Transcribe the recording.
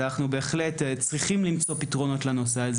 לכן זה נושא שצריכים בהחלט למצוא עבורו פתרונות.